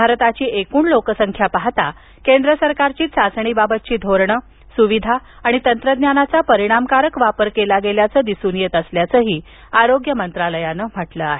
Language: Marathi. भारताची एकूण लोकसंख्या पाहता केंद्र सरकारची चाचणीबाबतची धोरणं सुविधा आणि तंत्रज्ञानाचा परिणामकारक वापर केला गेल्याचं दिसून येत असल्याचं आरोग्य मंत्रालयानं म्हटलं आहे